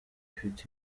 ifite